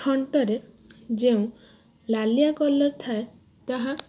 ଥଣ୍ଟରେ ଯେଉଁ ନାଲିଆ କଲର ଥାଏ ତାହା